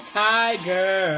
tiger